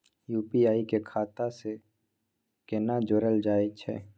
UPI के खाता सं केना जोरल जाए छै?